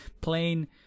plain